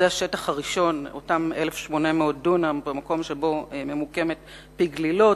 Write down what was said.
אותם 1,800 דונם במקום שבו ממוקמת פי-גלילות,